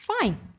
fine